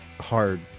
hard